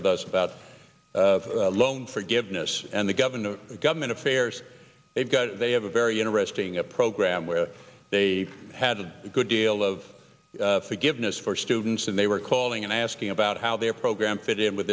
with us about loan forgiveness and the government and government affairs they've got they have a very interesting a program where they had a good deal of forgiveness for students and they were calling and asking about how their program fit in with